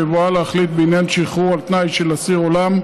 בבואה להחליט בעניין שחרור על תנאי של אסיר עולם,